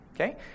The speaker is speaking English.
okay